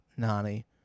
Nani